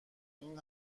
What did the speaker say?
این